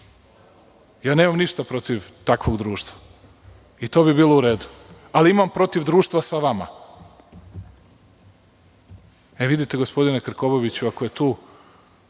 Nemam ništa protiv takvog društva i to bi bilo u redu, ali imam protiv društva sa vama. Vidite li, gospodine Krkobabiću, ako je tu,